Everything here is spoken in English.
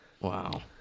Wow